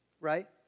Right